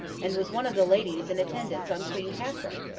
and was one of the ladies in attendance on queen catherine.